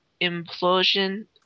implosion